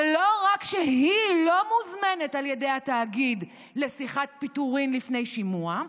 ולא רק שהיא לא מוזמנת על ידי התאגיד לשיחת פיטורים לפני שימוע,